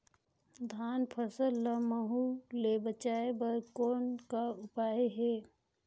धान फसल ल महू ले बचाय बर कौन का उपाय हे?